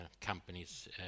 companies